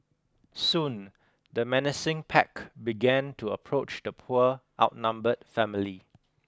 soon the menacing pack began to approach the poor outnumbered family